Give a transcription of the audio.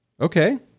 Okay